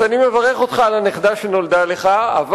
אז אני מברך אותך על שנולדה לך נכדה,